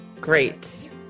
Great